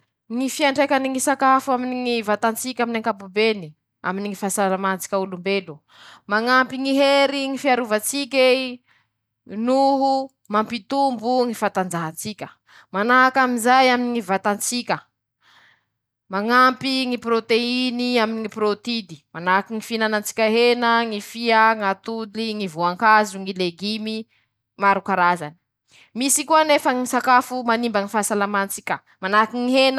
Ñy fiantraikany ñy sakafo aminy ñy vatan-tsika aminy ñy ankapobeny, aminy ñy fahasalama tsika olombelo :-Mañampy ñy hery ñy fiarovatsik'ey noho mampitombo ñy fatanjahan-tsika ;manahaky anizay aminy ñy vatan-tsika :mañampy ñy prôteiny aminy ñy prôtidy ;manahaky ñy fihinanan-tsika hena, ñy fia, ñatoly ñy voankazo ñy legimy, maro karazany ;misy koa nefa ñy sakafo manimba ñy fahasalaman-tsika, manahaky ñy hena <…>.